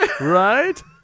Right